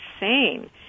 insane